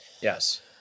yes